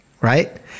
right